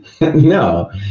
No